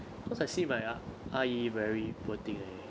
because I see my a~ ah yi very poor thing leh